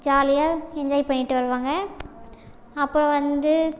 ஜாலியாக என்ஜாய் பண்ணிட்டு வருவாங்க அப்புறம் வந்து